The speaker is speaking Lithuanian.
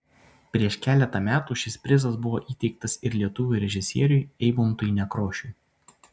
prieš keletą metų šis prizas buvo įteiktas ir lietuvių režisieriui eimuntui nekrošiui